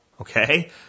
Okay